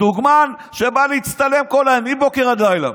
דוגמן שבא להצטלם כל היום, מבוקר עד לילה.